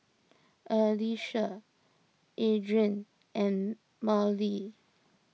Alyssia Adrienne and Mallie